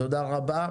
תודה רבה.